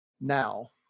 now